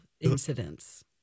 incidents